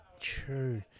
true